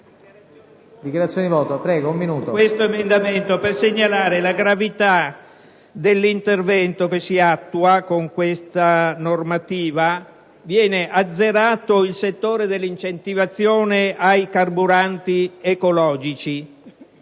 Presidente, vorrei segnalare la gravità dell'intervento che si attua con questa normativa. Viene azzerato il settore dell'incentivazione ai carburanti ecologici.